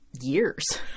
years